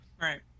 Right